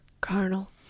carnal